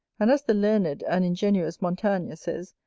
and as the learned and ingenuous montaigne says,